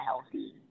healthy